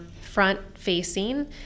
front-facing